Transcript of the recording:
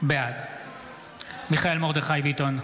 בעד מיכאל מרדכי ביטון,